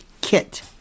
kit